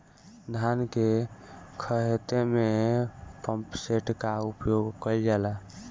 धान के ख़हेते में पम्पसेट का उपयोग कइल जाला?